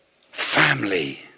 family